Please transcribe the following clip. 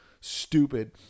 stupid